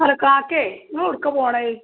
hello കാക്കേ നിങ്ങളെവിടേക്കാണ് പോകണത്